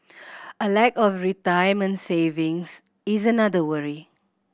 a lack of retirement savings is another worry